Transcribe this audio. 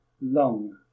long